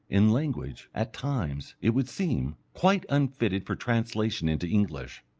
in language, at times, it would seem, quite unfitted for translation into english.